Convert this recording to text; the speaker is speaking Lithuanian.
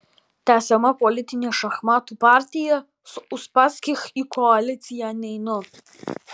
tęsiama politinė šachmatų partija su uspaskich į koaliciją neinu